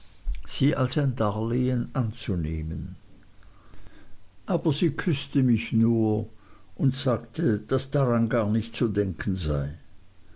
sie als ein darlehen anzunehmen aber sie küßte mich nur und sagte daß daran gar nicht zu denken sei